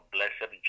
Blessed